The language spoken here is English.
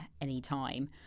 anytime